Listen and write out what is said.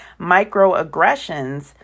microaggressions